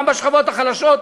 גם בשכבות החלשות,